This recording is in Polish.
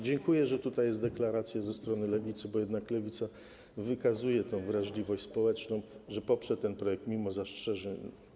Dziękuję, że jest deklaracja ze strony Lewicy, bo jednak Lewica wykazuje tę wrażliwość społeczną, że poprze ten projekt mimo zastrzeżeń.